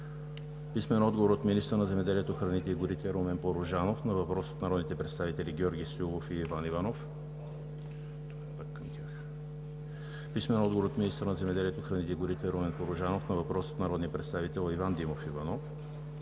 Димов Иванов; - министъра на земеделието, храните и горите Румен Порожанов на въпрос от народните представители Георги Стоилов и Иван Иванов; - министъра на земеделието, храните и горите Румен Порожанов на въпрос от народния представител Иван Димов Иванов;